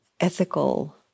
ethical